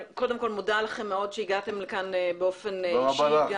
אני מודה לכם מאוד שהגעת לכאן באופן אישי.